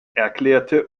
erklärte